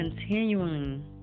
continuing